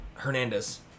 Hernandez